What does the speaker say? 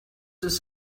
ist